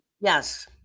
yes